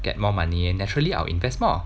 get more money and naturally I'll invest more